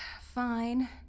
Fine